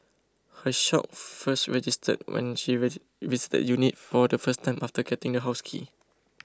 her shock first registered when she visited the unit for the first time after getting the house key